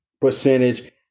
percentage